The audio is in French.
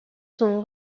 son